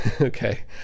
okay